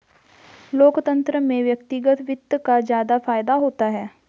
लोकतन्त्र में व्यक्तिगत वित्त का ज्यादा फायदा होता है